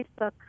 Facebook